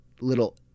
little